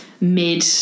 mid